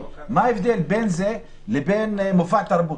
מה ההבדל בין זה לבין מופע תרבות?